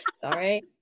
sorry